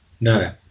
no